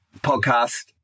podcast